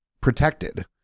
protected